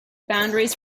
boundaries